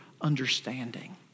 understanding